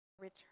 return